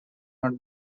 not